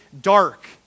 dark